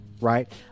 right